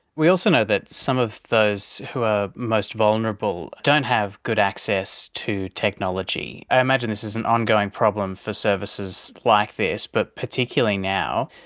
we also know that some of those who are most vulnerable don't have good access to technology. i imagine this is an ongoing problem for services like this, but particularly now.